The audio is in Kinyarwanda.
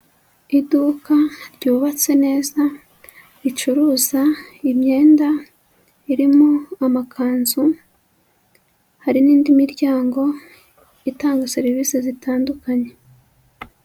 Iduka ryubatse neza ricuruza imyenda irimo amakanzu, hari n'indi miryango itanga serivise zitandukanye.